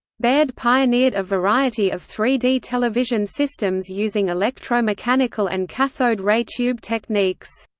baird pioneered a variety of three d television systems using electromechanical and cathode-ray tube techniques.